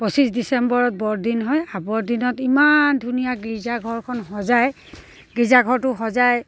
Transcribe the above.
পঁচিছ ডিচেম্বৰত বৰদিন হয় আৱৰ দিনত ইমান ধুনীয়া গীৰ্জা ঘৰখন সজায় গীৰ্জাঘৰটো সজায়